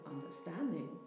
understanding